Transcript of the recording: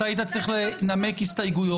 אתה היית צריך לנמק הסתייגויות.